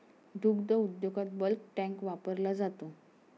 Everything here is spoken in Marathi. दुग्ध उद्योगात बल्क टँक वापरला जातो